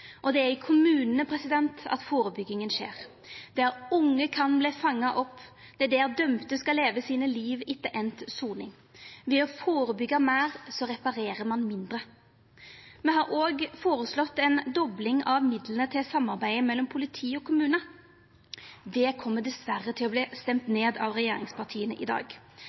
Det er i kommunane at førebygginga skjer. Det er der dei unge kan verta fanga opp, det er der dei dømde skal leva livet sitt etter avslutta soning. Ved å førebyggja meir reparerer ein mindre. Me har òg føreslått ei dobling av midlane til samarbeidet mellom politi og kommuner. Det kjem dessverre til å verta stemt ned av regjeringspartia i dag.